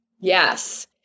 Yes